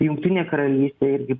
jungtinė karalystė irgi